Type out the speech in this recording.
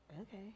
Okay